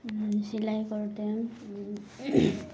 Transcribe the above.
চিলাই কৰোঁতে